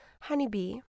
honeybee